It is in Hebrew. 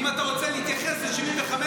אם אתה רוצה להתייחס ל-1975,